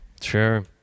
sure